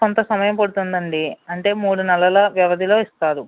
కొంత సమయం పడుతుంది అండి అంటే మూడు నెలల వ్యవధిలో ఇస్తారు